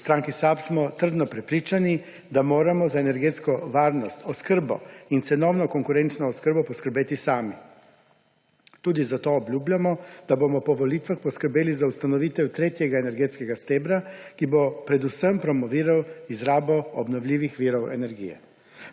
V stranki SAB smo trdno prepričani, da moramo za energetsko varnost, oskrbo in cenovno konkurenčno oskrbo poskrbeti sami. Tudi zato obljubljamo, da bomo po volitvah poskrbeli za ustanovitev tretjega energetskega stebra, ki bo predvsem promoviral izrabo obnovljivih virov energije.